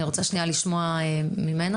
אני רוצה לשמוע אותו.